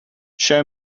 show